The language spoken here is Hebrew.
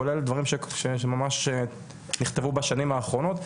כולל דברים שממש נכתבו בשנים האחרונות,